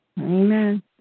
Amen